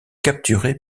capturée